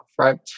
right